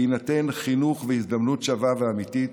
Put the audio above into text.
בהינתן חינוך והזדמנות שווה ואמיתית,